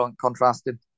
contrasted